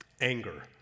Anger